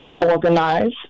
Organize